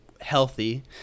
healthy